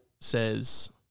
says